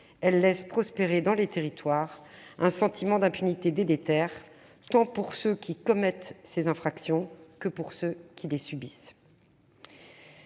elles laissent prospérer dans les territoires un sentiment d'impunité délétère, tant pour ceux qui commettent ces infractions que pour ceux qui les subissent.